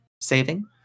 saving